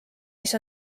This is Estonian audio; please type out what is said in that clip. mis